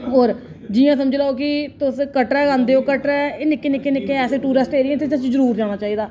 होर जियां समझी लैओ कि तुस कटरा गै आंदे ओ कटरा निक्के निक्के निक्के ऐसे टुरिस्ट एरिये न जित्थें तुसें जरूर जाना चाहिदा